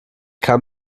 kann